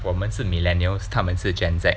我们是 millennials 他们是 gen Z